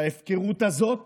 וההפקרות הזאת